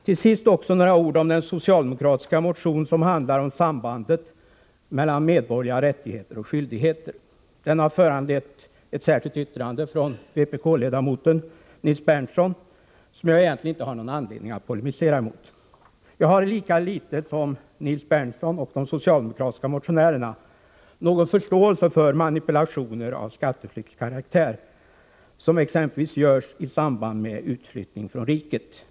Till sist några ord om den socialdemokratiska motion som handlar om sambandet mellan medborgerliga rättigheter och skyldigheter. Den har föranlett ett särskilt yttrande från vpk-ledamoten Nils Berndtson som jag egentligen inte har någon anledning att polemisera emot. Jag har lika litet som Nils Berndtson och de socialdemokratiska motionärerna någon förståelse för manipulationer av skatteflyktskaraktär, som exempelvis görs i samband med utflyttning från riket.